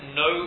no